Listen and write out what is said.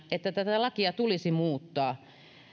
että tätä lakia tulisi muuttaa